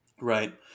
Right